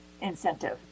incentive